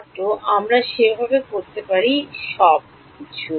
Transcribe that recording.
ছাত্র আমরা সেভাবে করতে পারি সব কিছু